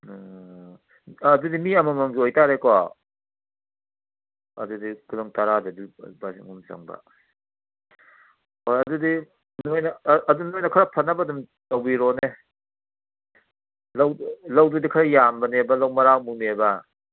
ꯑꯣ ꯑꯗꯨꯗꯤ ꯃꯤ ꯑꯃꯃꯝꯒꯤ ꯑꯣꯏꯇꯥꯔꯦꯀꯣ ꯑꯗꯨꯗꯤ ꯈꯨꯂꯪ ꯇꯔꯥꯗꯗꯤ ꯂꯨꯄꯥ ꯂꯤꯁꯤꯡ ꯑꯍꯨꯝ ꯆꯪꯕ ꯍꯣꯏ ꯑꯗꯨꯗꯤ ꯑꯗꯨ ꯅꯣꯏꯅ ꯈꯔ ꯐꯅꯕ ꯑꯗꯨꯝ ꯇꯧꯕꯤꯔꯣꯅꯦ ꯂꯧꯗꯨꯗꯤ ꯈꯔ ꯌꯥꯝꯕꯅꯦꯕ ꯂꯧ ꯃꯔꯥꯛꯃꯨꯛꯅꯦꯕ